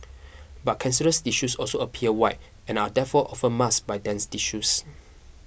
but cancerous tissues also appear white and are therefore often masked by dense tissues